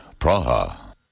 Praha